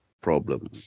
problem